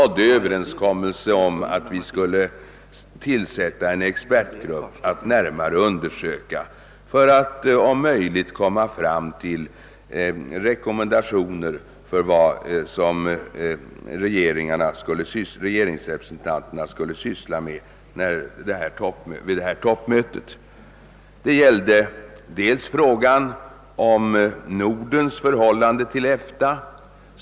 Det skulle också tillsättas en expertgrupp för att utforma rekommendationer för vad regeringsrepresentanterna skulle syssla med vid det kommande toppmötet. Det gällde först och främst frågan om Nordens förhållande till EEC.